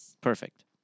perfect